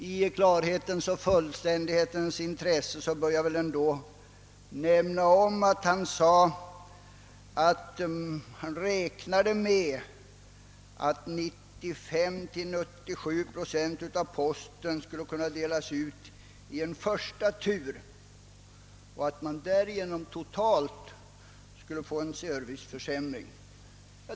I klarhetens och fullständighetens intresse bör jag nämna att han sade sig räkna med att 93—97 procent av posten skulle kunna delas ut i en första tur. Totalt skulle det alltså bli en serviceförsämring.